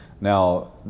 Now